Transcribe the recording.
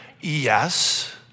Yes